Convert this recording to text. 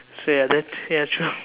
so ya that's ya true